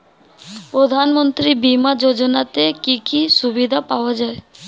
প্রধানমন্ত্রী বিমা যোজনাতে কি কি সুবিধা পাওয়া যায়?